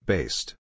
Based